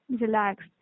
relax